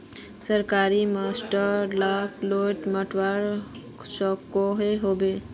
सरकारी मास्टर लाक लोन मिलवा सकोहो होबे?